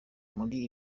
muri